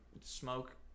smoke